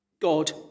God